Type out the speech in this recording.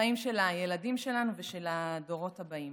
החיים של הילדים שלנו ושל הדורות הבאים?